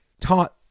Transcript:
taught